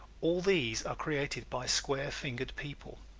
all these are created by square fingered people.